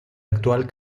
actual